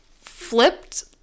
flipped